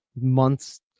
months